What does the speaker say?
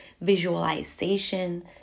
visualization